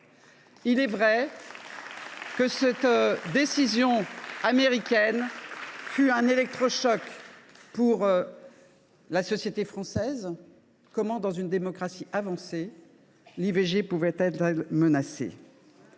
Il est vrai que la décision américaine a été un électrochoc pour la société française. Comment, dans une démocratie avancée, l’IVG pouvait elle être menacée ?